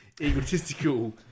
Egotistical